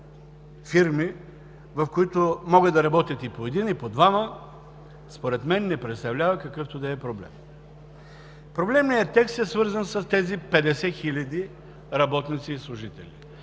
в които могат да работят по един и по двама, според мен, не представлява какъвто и да е проблем. Проблемният текст е свързан с тези 50 хиляди работници и служители.